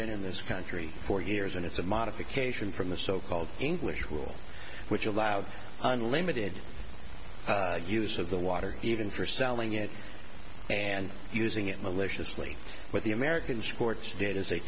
been in this country for years and it's a modification from the so called english rule which allowed unlimited use of the water even for selling it and using it maliciously but the american sports day has a